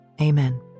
amen